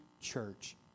church